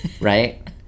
right